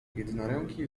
jednoręki